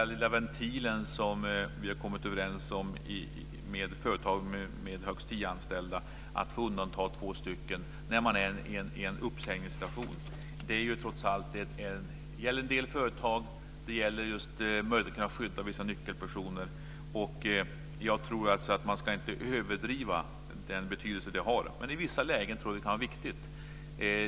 Den lilla ventil som vi har kommit överens om att företag med högst tio anställda får undanta två när man är i en uppsägningssituation gäller trots allt bara en del företag och deras möjligheter att skydda vissa nyckelpersoner. Jag tror att vi inte behöver överdriva den betydelse det har. Men i vissa lägen kan det vara viktigt.